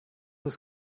ist